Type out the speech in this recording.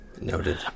Noted